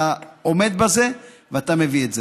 אתה עומד בזה ואתה מביא את זה.